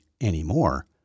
anymore